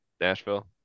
Nashville